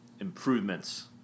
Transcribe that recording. improvements